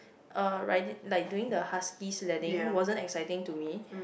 uh ridin~ like doing the husky sledding wasn't exciting to me